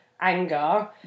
anger